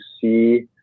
see